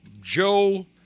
Joe